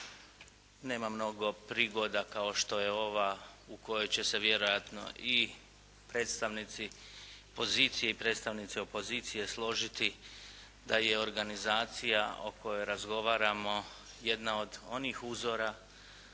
Nema mnogo prigoda kao što je ova u kojoj će se vjerojatno i predstavnici pozicije i predstavnici opozicije složiti da je organizacija o kojoj razgovaramo jedna od onih uzora